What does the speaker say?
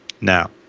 Now